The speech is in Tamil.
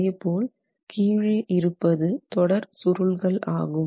அதேபோல் கீழே இருப்பது தொடர் சுருள்கள் ஆகும்